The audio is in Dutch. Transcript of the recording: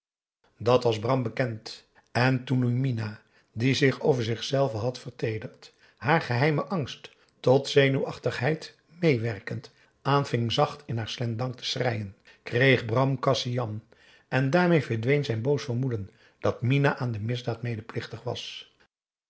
dat was bram bekend en toen nu minah die zich over zichzelve had verteederd haar geheime angst tot zenuwachtigheid meewerkend aanving zacht in haar slendang te schreien kreeg bram kasian en daarmee verdween zijn boos vermoeden dat minah aan de misdaad medeplichtig was